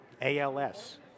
ALS